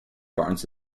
barnes